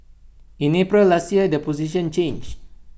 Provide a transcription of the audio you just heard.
in April last year the position changed